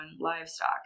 livestock